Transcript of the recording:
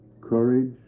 courage